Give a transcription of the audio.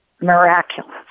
miraculous